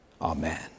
amen